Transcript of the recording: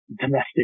domestic